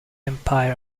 empire